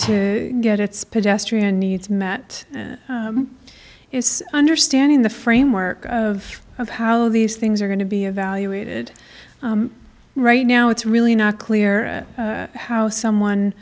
to get its pedestrian needs met it's understanding the framework of of how these things are going to be evaluated right now it's really not clear how someone